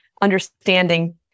understanding